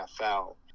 NFL